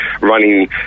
running